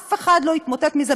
אף אחד לא יתמוטט מזה,